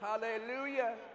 hallelujah